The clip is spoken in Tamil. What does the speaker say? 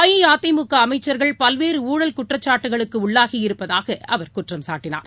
அஇஅதிமுகஅமைச்சர்கள் பல்வேறுஊழல் குற்றச்சாட்டுக்களுக்குஉள்ளாகியிருப்பதாகஅவர் குற்றம் சாட்டினார்